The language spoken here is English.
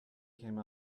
came